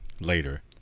later